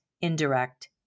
indirect